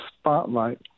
spotlight